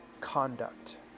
conduct